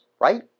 right